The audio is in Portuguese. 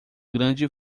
grande